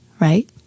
right